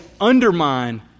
undermine